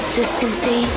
Consistency